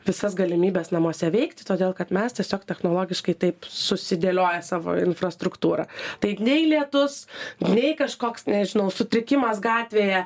visas galimybes namuose veikti todėl kad mes tiesiog technologiškai taip susidėlioję savo infrastruktūrą tai nei lietus nei kažkoks nežinau sutrikimas gatvėje